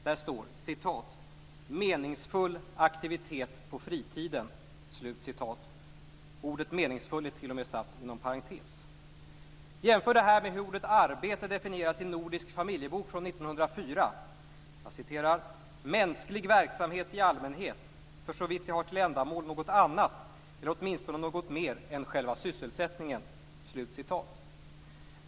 Där står: " aktivitet på fritiden". Ordet meningsfull är t.o.m. satt inom parentes. Jämför detta med hur ordet arbete definieras i Nordisk familjebok från 1904. Jag citerar: "mänsklig verksamhet i allmänhet, för så vitt det har till ändamål något annat eller åtminstone något mer än själva sysselsättningen".